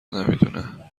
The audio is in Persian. نمیدونه